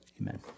amen